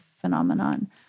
phenomenon